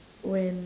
when